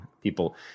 People